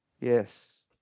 Yes